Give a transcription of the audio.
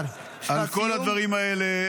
על כל הדברים האלה,